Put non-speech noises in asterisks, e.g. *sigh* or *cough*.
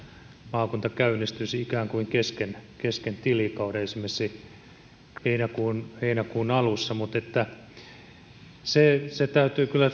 maakunta käynnistyisi ikään kuin kesken kesken tilikauden esimerkiksi heinäkuun alussa mutta se se täytyy kyllä *unintelligible*